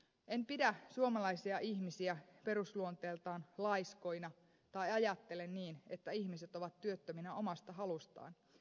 en pidä suomalaisia ihmisiä perusluonteeltaan laiskoina tai ajattele niin että ihmiset ovat työttöminä omasta halustaan